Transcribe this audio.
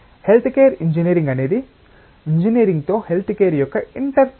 health care engineering అనేది engineering తో health care యొక్క ఇంటర్ఫేస్